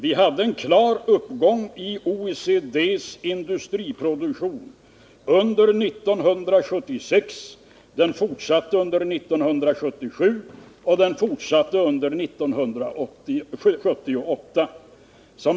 Det var en klar uppgång i OECD-ländernas industriproduktion under 1976, och den fortsatte under 1977 och under 1978.